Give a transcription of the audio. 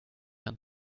hand